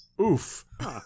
oof